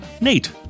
Nate